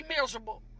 miserable